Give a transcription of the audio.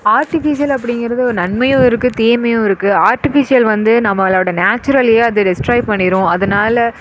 artificial அப்படிங்கிறது ஒரு நன்மையும் இருக்குது தீமையும் இருக்குது ஆர்ட்டிஃபிஷியல் வந்து நம்மளோட நேச்சுரலையும் அது டெஸ்ட்ராய் பண்ணிடும் அதனால்